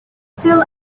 still